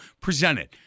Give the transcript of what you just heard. presented